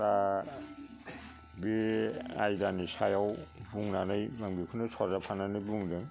दा बे आयदानि सायाव बुंनानै आं बेखौनो सरजाबफानानै बुंदों